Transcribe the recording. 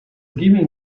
given